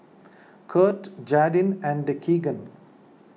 Kurt Jadyn and Keagan